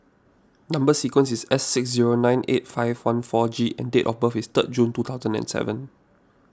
Number Sequence is S six zero nine eight five one four G and date of birth is third June two count and seven